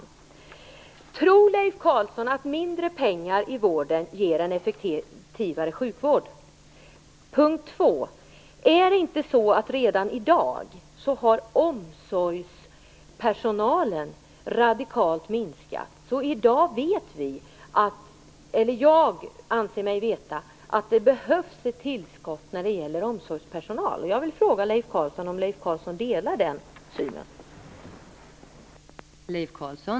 För det första: Tror Leif Carlson att mindre pengar i vården leder till en effektivare sjukvård? För det andra: Är det inte så att omsorgspersonalen redan i dag har minskats så radikalt, att man i dag vet - jag anser mig i alla fall veta - att det behövs ett tillskott av omsorgspersonal? Delar Leif Carlson den synen?